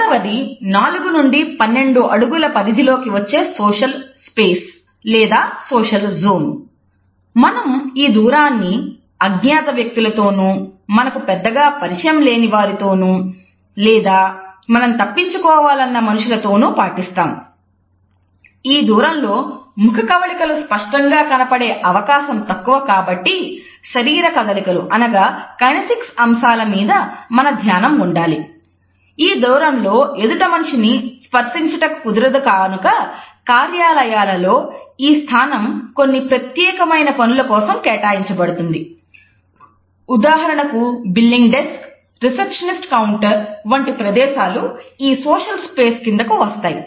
మూడవది 4నుండి 12 అడుగుల కిందకు వస్తాయి